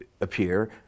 appear